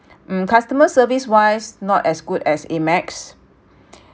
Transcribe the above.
hmm customer service wise not as good as Amex